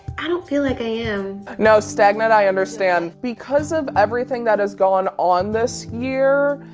i don't feel like i am. no, stagnant i understand. because of everything that has gone on this year,